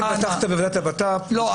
אנא --- אם פתחת בוועדת הבט"פ --- לא,